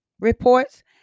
reports